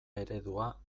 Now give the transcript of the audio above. eredua